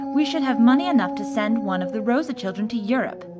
we should have money enough to send one of the rosa children to europe.